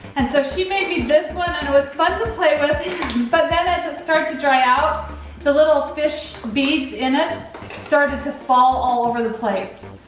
and so, she made me this one and it was fun to play with but as it started to dry out the little fish beads in it started to fall all over the place.